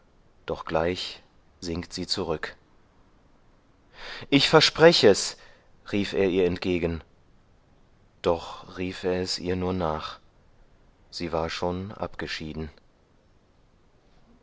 doch gleich sinkt sie zurück ich versprech es rief er ihr entgegen doch rief er es ihr nur nach sie war schon abgeschieden